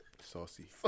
Saucy